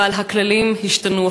אבל הכללים השתנו.